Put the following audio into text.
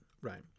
Right